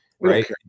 right